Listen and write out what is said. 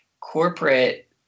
corporate